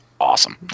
awesome